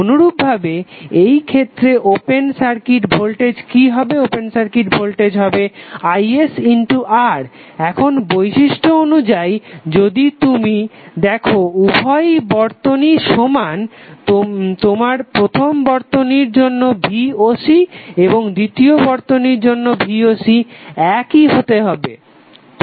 অনুরূপভাবে এই ক্ষেত্রে ওপেন সার্কিট ভোল্টেজ কি হবে ওপেন সার্কিট ভোল্টেজ হবে isR এখন বৈশিষ্ট্য অনুযায়ী যদি তুমি দেখো উভই বর্তনীই সমান তোমার প্রথম বর্তনীর জন্য voc এবং দ্বিতীয় বর্তনীর জন্য voc এক হতে হবে